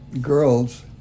girls